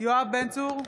יואב בן צור,